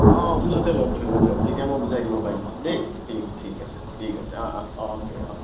অ' অফিচতে লগ ধৰিব দিয়ক তেতিয়া মই বুজাই দিব পাৰিম দেই ঠিক ঠিক আছে ঠিক আছে অ অ অ'কে অ